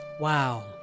Wow